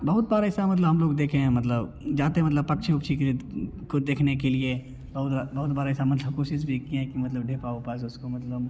बहुत बार ऐसा मतलब हम लोग देखें हैं मतलब जाते पक्षी उक्षी के को देखने के लिए बहुत बार बहुत बार ऐसा मतलब कोशिश भी किए हैं कि मतलब डेपा उपा जो उसको मतलब